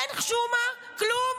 אין חשומה, כלום?